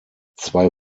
zwei